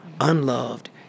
unloved